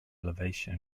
elevation